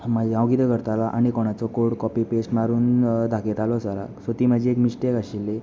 मागीर हांव किदें करतालों आनी कोणाचो कोड कॉपी पेस्ट मारून दाखयतालो सराक सो ती म्हाजी एक मिश्टेक आशिल्ली